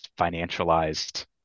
financialized